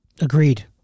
Agreed